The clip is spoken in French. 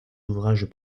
ouvrages